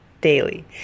Daily